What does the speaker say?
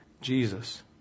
Jesus